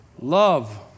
Love